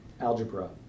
algebra